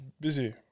busy